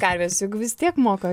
karvės juk vis tiek moka